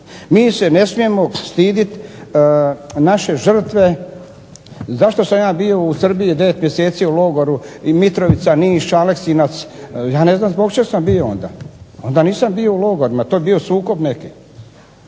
Mi se ne smijemo stiditi naše žrtve, zašto sam ja bio u Srbiji 9 mjeseci u logoru i Mitrovica, Niš, Aleksinac, ja ne znam zbog čeg sam bio onda. Onda nisam bio u logorima, to je bio sukob neki.